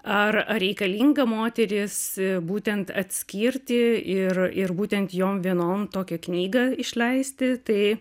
ar ar reikalinga moteris būtent atskirti ir ir būtent jom vienom tokią knygą išleisti tai